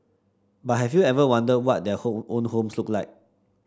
but have you ever wondered what their hole own homes look like